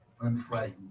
unfrightened